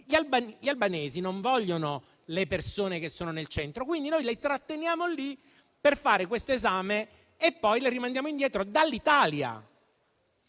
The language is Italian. Gli albanesi non vogliono le persone che sono nel centro. Pertanto, le tratteniamo lì per fare questo esame e poi le rimandiamo indietro dall'Italia.